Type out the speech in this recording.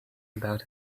about